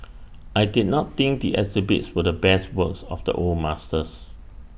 I did not think the exhibits were the best works of the old masters